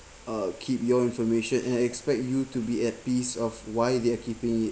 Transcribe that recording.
uh keep your information and expect you to be at peace of why they're keeping it